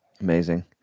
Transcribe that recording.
Amazing